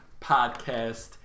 Podcast